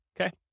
Okay